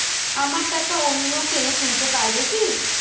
আমার টাকা অন্য কেউ তুলতে পারবে কি?